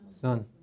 Son